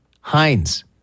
heinz